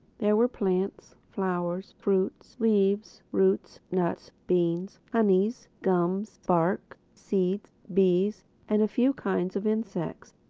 there were plants, flowers, fruits, leaves, roots, nuts, beans, honeys, gums, bark, seeds, bees and a few kinds of insects.